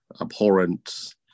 abhorrent